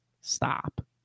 stop